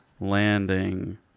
landing